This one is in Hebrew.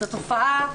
לתופעה,